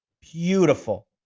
Beautiful